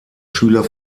schüler